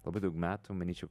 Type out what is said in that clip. labai daug metų manyčiau